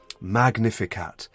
Magnificat